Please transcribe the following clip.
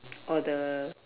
or the